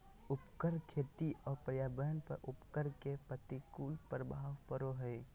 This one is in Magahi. उर्वरक खेती और पर्यावरण पर उर्वरक के प्रतिकूल प्रभाव पड़ो हइ